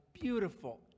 beautiful